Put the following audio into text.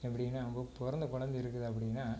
எப்படின்னா உங்கள் பிறந்த கொழந்த இருக்குது அப்படின்னா